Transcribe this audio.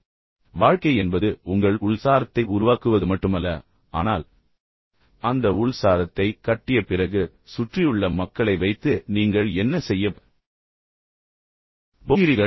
ஏனென்றால் வாழ்க்கை என்பது உங்கள் உள் சாரத்தை உருவாக்குவது மட்டுமல்ல ஆனால் அந்த உள் சாரத்தை கட்டிய பிறகு சுற்றியுள்ள மக்களை வைத்து நீங்கள் என்ன செய்யப் போகிறீர்கள்